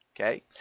Okay